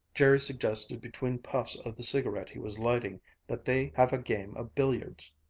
jerry suggested between puffs of the cigarette he was lighting that they have a game of billiards.